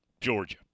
Georgia